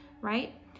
right